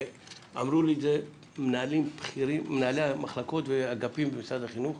ואמרו לי את זה מנהלי המחלקות והאגפים במשרד החינוך.